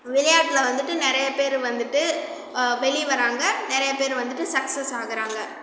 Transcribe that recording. விளையாட்டில வந்துட்டு நிறையா பேர் வந்துட்டு வெளி வராங்கள் நிறையா பேர் வந்துட்டு சக்ஸஸ் ஆகுறாங்கள்